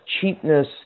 cheapness